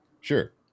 Sure